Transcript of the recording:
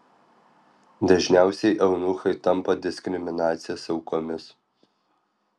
dažniausiai eunuchai tampa diskriminacijos aukomis